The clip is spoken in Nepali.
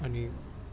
अनि